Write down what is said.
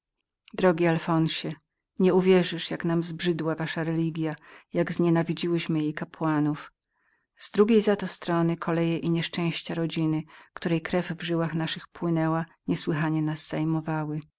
drogi alfonsie nieuwierzysz jak nam zbrzydła wasza religia jak znienawidziłyśmy jej kapłanów z drugiej za to strony koleje i nieszczęścia rodziny której krew w żyłach naszych płynęła niesłychanie nas